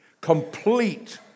complete